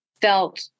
felt